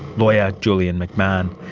lawyer julian mcmahon.